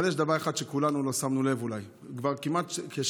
אבל יש דבר אחד שאולי לא כולנו שמנו לב אליו: כבר כמעט שבוע,